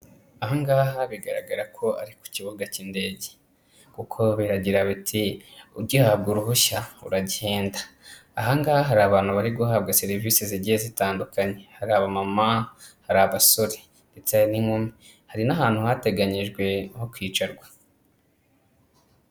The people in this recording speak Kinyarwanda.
Ahangaha bigaragara ko ari ku kibuga cy'indege, kuko biragira biti ugihabwa uruhushya uragenda. Ahangaha hari abantu bari guhabwa serivise zigiye zitandukanye, hari abamama, hari abasore ndetse hari n'inkumi, hari n'ahantu hateganyijwe ho kwicarwa.